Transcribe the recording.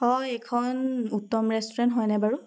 অঁ এইখন উত্তম ৰেষ্টুৰেণ্ট হয়নে বাৰু